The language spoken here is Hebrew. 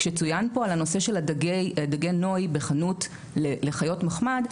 כשצוין פה על הנושא של דגי הנוי בחנות לחיות מחמד,